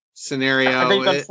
scenario